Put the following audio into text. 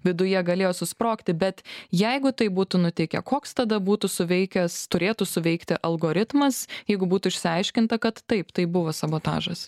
viduje galėjo susprogti bet jeigu taip būtų nutikę koks tada būtų suveikęs turėtų suveikti algoritmas jeigu būtų išsiaiškinta kad taip tai buvo sabotažas